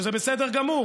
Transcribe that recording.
שזה בסדר גמור,